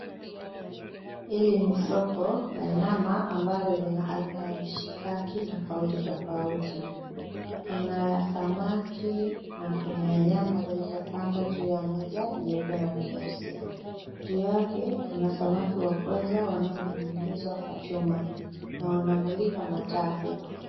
Hili ni soko la nyama ambalo lina aina ya mishikaki tafauti tafauti kuna ya samaki na kuna ya nyama zilizopangwa juu ya meza nyeupe na nyeusi. Juu yake kuna samaki wa pweza wanaoninginizwa kwa chuma na wanamulikwa na taa kubwa.